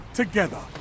together